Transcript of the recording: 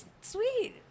sweet